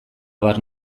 abar